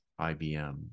IBM